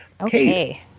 Okay